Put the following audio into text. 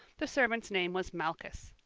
the servant's name was malchus.